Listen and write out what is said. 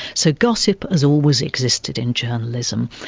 so gossip has always existed in journalism.